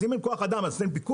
אז אם אין כוח אדם אז אין פיקוח?